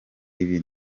ibi